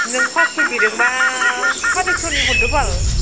नों फासस' बिदोंबा सारिस'नि हरदो बाल